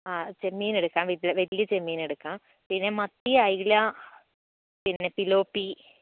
ആ ചെമ്മീൻ എടുക്കാം വലിയ ചെമ്മീൻ എടുക്കാം പിന്നെ മത്തി അയില പിന്നെ ഫിലോപ്പി